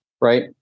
Right